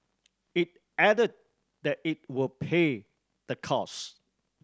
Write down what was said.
it added that it will pay the cost